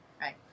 right